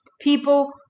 People